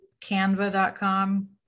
canva.com